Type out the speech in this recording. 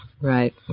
Right